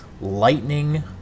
lightning